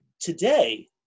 today